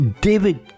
David